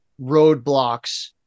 roadblocks